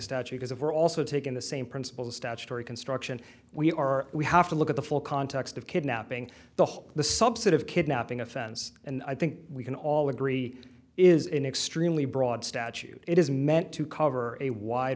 statute as it were also taking the same principle of statutory construction we are we have to look at the full context of kidnapping the whole the subset of kidnapping offense and i think we can all agree is an extremely broad statute it is meant to cover a wide